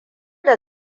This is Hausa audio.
da